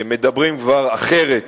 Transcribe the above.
מדברים אחרת